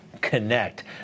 connect